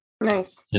Nice